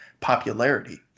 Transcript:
popularity